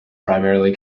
primarily